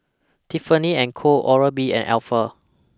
Tiffany and Co Oral B and Alf